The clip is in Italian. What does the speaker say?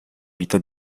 vita